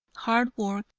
hard work,